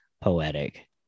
poetic